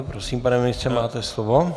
Prosím, pane ministře, máte slovo.